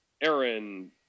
Aaron